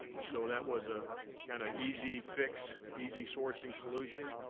and, so that was a kinda easy fix, easy sourcing solution.